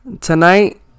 Tonight